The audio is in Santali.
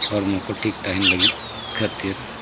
ᱦᱚᱲᱢᱚ ᱠᱚ ᱴᱷᱤᱠ ᱛᱟᱦᱮᱱ ᱞᱟᱹᱜᱤᱫ ᱠᱷᱟᱹᱛᱤᱨ